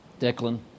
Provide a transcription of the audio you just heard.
Declan